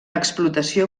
explotació